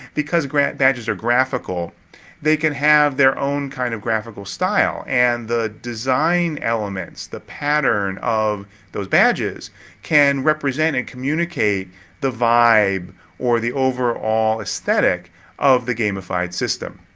because gra, badges are graphical they can have their own kind of graphical style. and the design elements, the pattern of those badges can represent and communicate the vibe or the overall aesthetic of the gamified system.